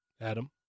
Adam